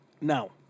Now